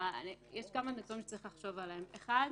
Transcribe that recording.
יש כמה נתונים שצריך לחשוב עליהם: האחד,